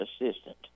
assistant